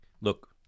Look